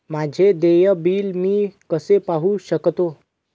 माझे देय बिल मी कसे पाहू शकतो?